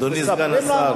אדוני סגן השר.